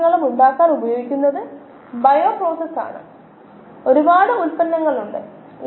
rS1YxSrx1YxSμx അടുത്ത മൊഡ്യൂളിലെ ഉപയോഗപ്രദമായ ചില പാരാമീറ്ററുകൾ കണക്കുകൂട്ടാൻ നമ്മൾ ഇവ ഉപയോഗിക്കും ഇപ്പോൾ ഇതിനെക്കുറിച്ച് അറിയുക